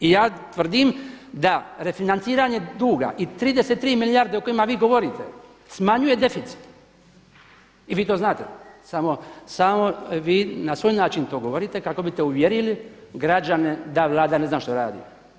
I ja tvrdim da refinanciranje duga i 33 milijarde o kojima vi govorite smanjuje deficit i vi to znate, samo vi to na svoj način to govorite kako biste uvjerili građane da Vlada ne znam što radi.